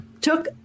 took